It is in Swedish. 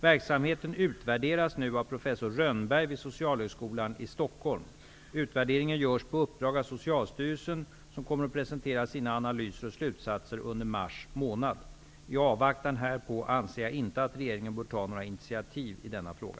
Verksamheten utvärderas nu av professor Utvärderingen görs på uppdrag av Socialstyrelsen, som kommer att presentera sina analyser och slutsatser under mars månad. I avvaktan härpå anser jag inte att regeringen bör ta några initiativ i denna fråga.